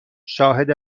شاهد